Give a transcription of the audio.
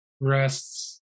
rests